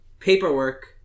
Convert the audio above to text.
Paperwork